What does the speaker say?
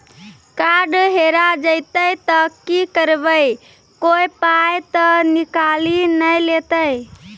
Card हेरा जइतै तऽ की करवै, कोय पाय तऽ निकालि नै लेतै?